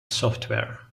software